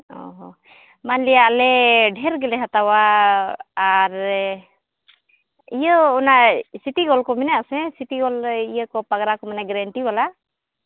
ᱚᱸᱻ ᱚᱱᱟᱜᱮ ᱟᱞᱮ ᱰᱷᱮᱨ ᱜᱮᱞᱮ ᱦᱟᱛᱟᱣᱟ ᱟᱨ ᱤᱭᱟᱹ ᱚᱱᱟ ᱥᱤᱴᱤ ᱜᱳᱞᱰ ᱠᱚ ᱢᱮᱱᱟᱜ ᱟᱥᱮ ᱥᱤᱴᱤᱜᱳᱞ ᱤᱭᱟᱹ ᱠᱚ ᱢᱟᱱᱮ ᱯᱟᱜᱽᱨᱟ ᱠᱚ ᱜᱮᱨᱮᱱᱴᱤ ᱵᱟᱞᱟ